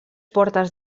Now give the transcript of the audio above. portes